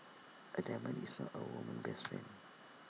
A diamond is not A woman's best friend